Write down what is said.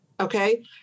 okay